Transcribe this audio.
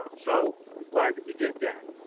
um so i'm glad that we did that.